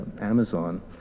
Amazon